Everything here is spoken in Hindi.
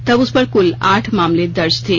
तब उसपर कुल आठ मामले दर्ज थे